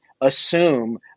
assume